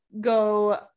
go